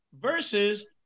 versus